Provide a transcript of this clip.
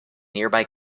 nearby